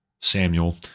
Samuel